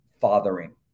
fathering